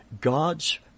God's